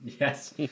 Yes